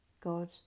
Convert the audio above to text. God